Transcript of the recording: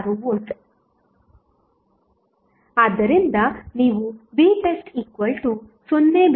6V ಆದ್ದರಿಂದ ನೀವು vtest0